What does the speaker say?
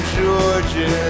Georgia